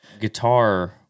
guitar